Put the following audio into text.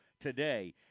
today